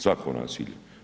Svako nasilje.